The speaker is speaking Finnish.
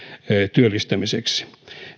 työllistämiseksi kuusi